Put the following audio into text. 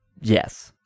Yes